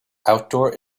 outdoor